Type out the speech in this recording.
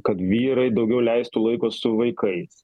kad vyrai daugiau leistų laiko su vaikais